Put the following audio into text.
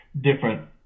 different